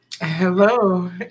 hello